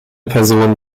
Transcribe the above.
person